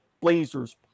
Blazers